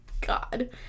God